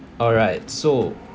alright so